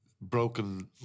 broken